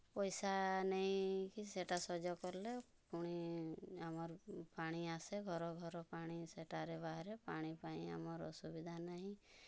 ପଇସା ନେଇ କି ସେଇଟା ସଜ କଲେ ପୁଣି ଆମର୍ ପାଣି ଆସେ ଘର ଘର ପାଣି ସେଠାରେ ବାହାରେ ପାଣି ପାଇଁ ଆମର ଅସୁବିଧା ନାହିଁ